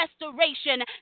Restoration